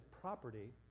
property